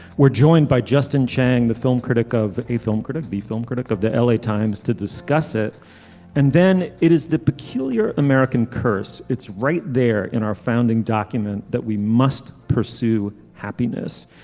we're joined by justin chang the film critic of a film critic b film critic of the l a. times to discuss it and then it is the peculiar american curse. it's right there in our founding document that we must pursue happiness.